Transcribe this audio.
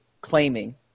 claiming